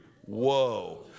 Whoa